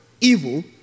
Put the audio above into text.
evil